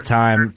time